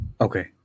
Okay